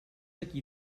aquí